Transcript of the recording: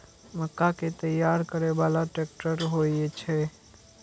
मक्का कै तैयार करै बाला ट्रेक्टर होय छै?